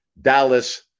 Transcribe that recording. Dallas